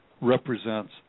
represents